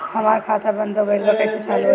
हमार खाता बंद हो गइल बा कइसे चालू होई?